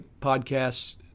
podcasts